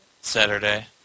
Saturday